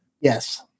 Yes